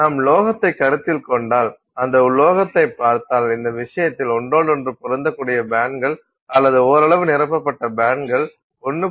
நாம் உலோகத்தைக் கருத்தில் கொண்டால் அந்த உலோகத்தைப் பார்த்தால் இந்த விஷயத்தில் ஒன்றோடொன்று பொருந்தக்கூடிய பேண்ட்கள் அல்லது ஓரளவு நிரப்பப்பட்ட பேண்ட்கள் 1